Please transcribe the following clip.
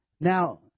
Now